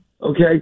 Okay